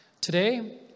Today